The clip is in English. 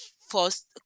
first